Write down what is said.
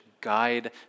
guide